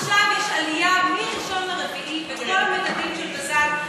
עכשיו יש עלייה מ-1 באפריל בכל המדדים של בז"ן,